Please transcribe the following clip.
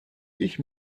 ich